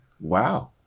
Wow